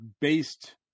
based